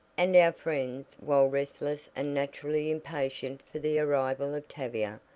and our friends, while restless and naturally impatient for the arrival of tavia,